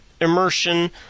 immersion